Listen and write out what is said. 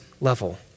level